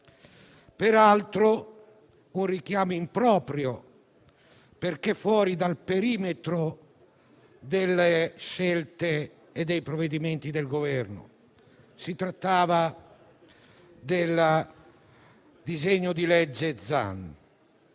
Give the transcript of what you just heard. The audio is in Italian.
peraltro con un richiamo improprio, perché fuori dal perimetro delle scelte e dei provvedimenti del Governo, in quanto riferito al disegno di legge Zan.